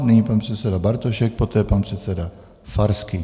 Nyní pan předseda Bartošek, poté pan předseda Farský.